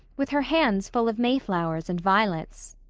with her hands full of mayflowers and violets.